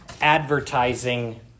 advertising